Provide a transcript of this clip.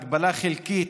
הגבלה חלקית,